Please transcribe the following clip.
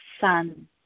sun